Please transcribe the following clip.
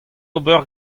ober